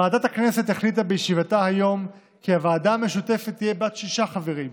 ועדת הכנסת החליטה בישיבתה היום כי הוועדה המשותפת תהיה בת שישה חברים,